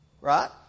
Right